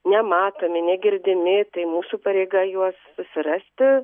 nematomi negirdimi tai mūsų pareiga juos susirasti